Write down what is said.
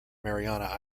mariana